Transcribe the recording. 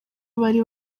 bari